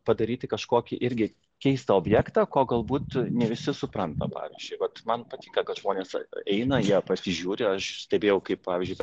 padaryti kažkokį irgi keistą objektą ko galbūt ne visi supranta pavyzdžiui vat man patinka kad žmonės eina jie pasižiūri aš stebėjau kaip pavyzdžiui